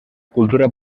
cultura